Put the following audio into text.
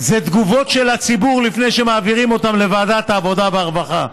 זה תגובות של הציבור לפני שמעבירים לוועדת העבודה והרווחה.